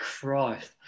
Christ